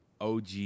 OG